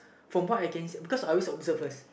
from what I can see because I always observe first